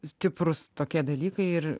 stiprūs tokie dalykai ir